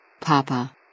Papa